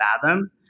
fathom